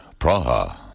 Praha